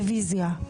רביזיה.